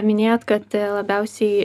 minėjot kad labiausiai